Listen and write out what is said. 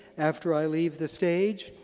after i leave the stage,